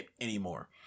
anymore